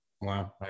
Wow